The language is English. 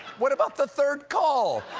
what about the third call?